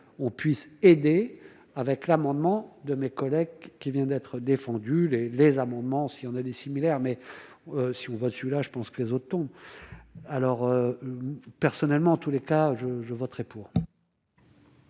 puisse aider. Avec l'amendement de mes collègues qui vient d'être défendu les les amendements, si on a des similaire, mais si on va celui là, je pense que les autres ont alors personnellement en tous les cas je je voterais pour.